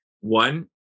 one